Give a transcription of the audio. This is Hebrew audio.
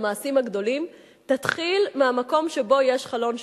למעשים הגדולים, תתחיל מהמקום שבו יש חלון שבור.